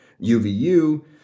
UVU